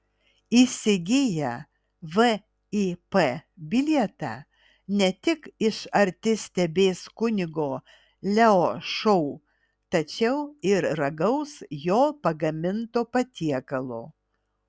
įsigiję vip bilietą ne tik iš arti stebės kunigo leo šou tačiau ir ragaus jo pagaminto patiekalo